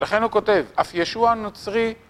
לכן הוא כותב, אף ישוע נוצרי